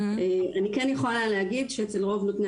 אני כן יכולה להגיד שאצל רוב נותני